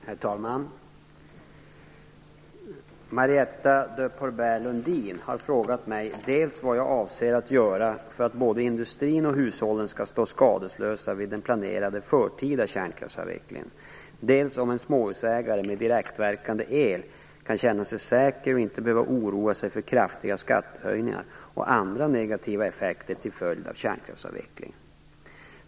Herr talman! Marietta de Pourbaix-Lundin har frågat mig dels vad jag avser att göra för att både industrin och hushållen skall stå skadeslösa vid den planerade förtida kärnkraftsavvecklingen, dels om en småhusägare med direktverkande el kan känna sig säker och inte behöver oroa sig för kraftiga skattehöjningar och andra negativa effekter till följd av kärnkraftsavvecklingen.